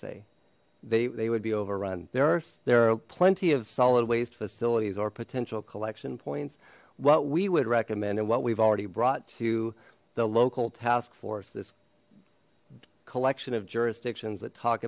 say they would be overrun there are there are plenty of solid waste facilities or potential collection points what we would recommend and what we've already brought to the local task force this collection of jurisdictions t